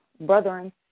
brethren